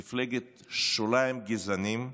מפלגת שוליים גזענית,